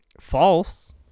false